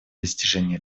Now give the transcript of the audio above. достижение